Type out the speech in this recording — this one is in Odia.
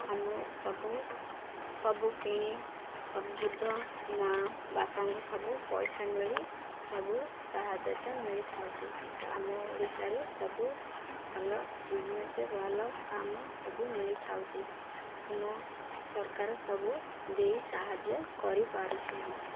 ଆମେ ସବୁ ସବୁ କିଣି ସବୁ ବୃଦ୍ଧ ମା' ବାପାଙ୍କୁ ସବୁ ପଇସା ମିଳି ସବୁ ସାହାଯ୍ୟତା ମିଳିଥାଉଛି ଆମ ଓଡ଼ିଶାରେ ସବୁ ଭଲ ବିଜନେସ୍ ଭଲ କାମ ସବୁ ମିଳିଥାଉଛି ଆମ ସରକାର ସବୁ ଦେଇ ସାହାଯ୍ୟ କରିପାରୁଛି ଆମକୁ